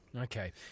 Okay